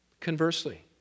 Conversely